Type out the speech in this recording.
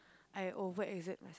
I over exert my